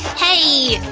hey! you